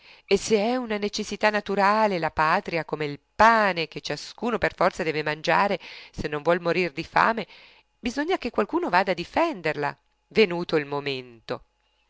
c'è se è una necessità naturale la patria come il pane che ciascuno per forza deve mangiare se non vuol morir di fame bisogna che qualcuno vada a difenderla venuto il momento